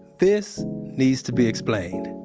this needs to be explained.